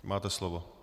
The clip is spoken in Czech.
Máte slovo.